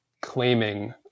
claiming